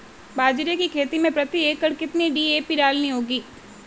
बाजरे की खेती में प्रति एकड़ कितनी डी.ए.पी डालनी होगी?